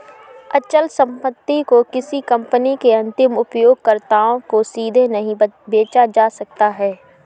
अचल संपत्ति को किसी कंपनी के अंतिम उपयोगकर्ताओं को सीधे नहीं बेचा जा सकता है